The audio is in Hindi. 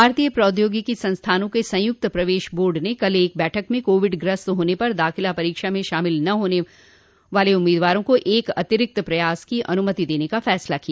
भारतीय प्रौद्योगिकी संस्थानों के संयुक्त प्रवेश बोर्ड ने कल एक बैठक में कोविड से ग्रस्त होने पर दाखिला परीक्षा में शामिल न हो पाने वाले उम्मीदवारों को एक और अतिरिक्त प्रयास की अनुमति देने का फैसला किया